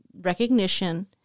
recognition